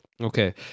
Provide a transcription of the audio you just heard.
Okay